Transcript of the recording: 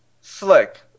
Slick